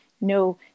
No